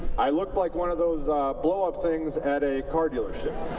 i looked like one of those blow up things at a car dealership.